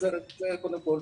זה קודם כל.